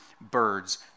birds